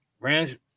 Brand's